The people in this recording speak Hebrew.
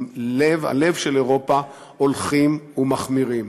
עם הלב של אירופה, הולכים ומחמירים.